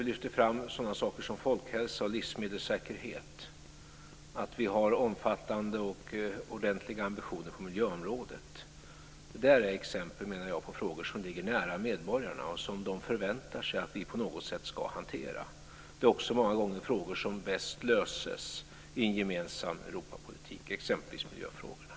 Vi lyfter också fram saker som folkhälsa och livsmedelssäkerhet. Vi har också omfattande och ordentliga ambitioner på miljöområdet. Jag menar att detta är exempel på frågor som ligger nära medborgarna och som de förväntar sig att vi på något sätt ska hantera. Det är också många frågor som bäst löses i en gemensam Europapolitik, exempelvis miljöfrågorna.